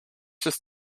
just